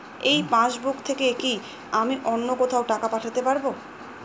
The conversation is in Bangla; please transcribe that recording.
এই পাসবুক থেকে কি আমি অন্য কোথাও টাকা পাঠাতে পারব?